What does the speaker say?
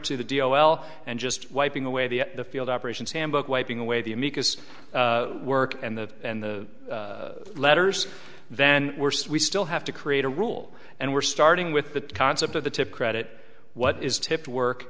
to the d l and just wiping away the the field operations handbook wiping away the amicus work and the and the letters then we're just we still have to create a rule and we're starting with the concept of the tip credit what is tip work